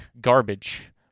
garbage